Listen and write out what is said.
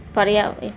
పర్యావ ఇ